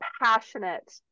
passionate